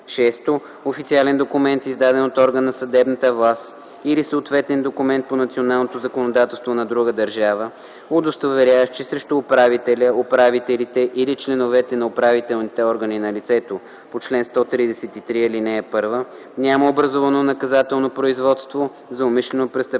6. официален документ, издаден от орган на съдебната власт, или съответен документ по националното законодателство на друга държава, удостоверяващ, че срещу управителя/управителите или членовете на управителните органи на лицето по чл. 133, ал. 1 няма образувано наказателно производство за умишлено престъпление